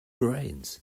grains